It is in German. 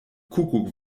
kuckuck